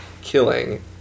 killing